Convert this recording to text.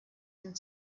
and